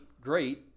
great